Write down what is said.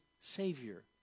Savior